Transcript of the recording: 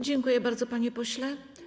Dziękuję bardzo, panie pośle.